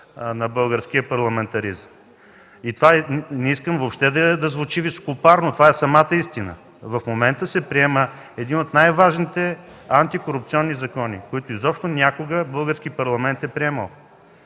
на българския парламентаризъм. Не искам това да звучи високопарно, това е самата истина – в момента се приема един от най-важните антикорупционни закони, които изобщо някога Български парламент е приемал.